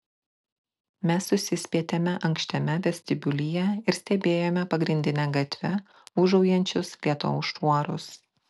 mes susispietėme ankštame vestibiulyje ir stebėjome pagrindine gatve ūžaujančius lietaus šuorus